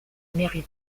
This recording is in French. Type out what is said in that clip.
mairie